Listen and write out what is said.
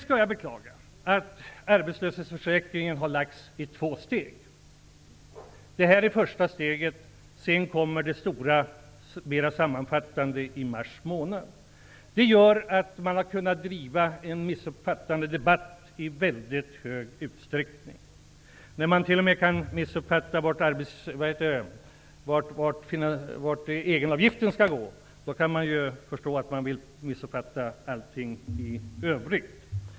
Jag vill sedan beklaga att förslaget om arbetslöshetsförsäkringen har delats upp i två steg. Det här är första steget, och det stora, mera sammanfattande kommer i mars månad. Det gör att man i väldigt stor utsträckning har kunnat driva en debatt grundad på missuppfattningar. När man t.o.m. kan missuppfatta vart egenavgiften skall gå förstår jag att man vill missuppfatta allting i övrigt.